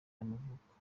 y’amavuko